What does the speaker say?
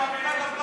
של עצמה.